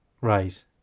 Right